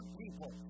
people